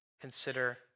consider